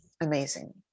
Amazing